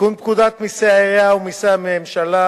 לתיקון פקודת מסי העירייה ומסי הממשלה